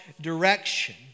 direction